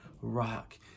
rock